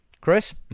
Chris